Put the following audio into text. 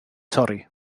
torri